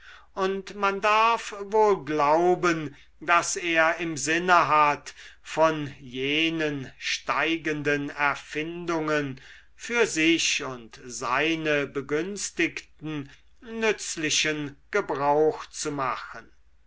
und man darf wohl glauben daß er im sinne hat von jenen steigenden erfindungen für sich und seine begünstigten nützlichen gebrauch zu machen